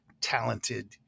talented